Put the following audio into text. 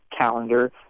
calendar